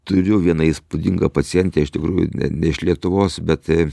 turiu vieną įspūdingą pacientę iš tikrųjų ne iš lietuvos bet